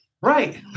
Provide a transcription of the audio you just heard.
Right